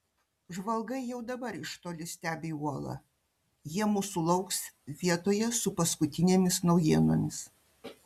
žvalgai jau dabar iš toli stebi uolą jie mūsų lauks vietoje su paskutinėmis naujienomis